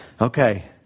Okay